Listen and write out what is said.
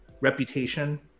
reputation